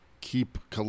keep